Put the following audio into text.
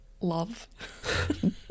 Love